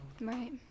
Right